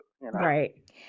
right